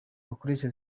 bakoresha